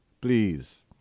please